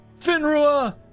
Finrua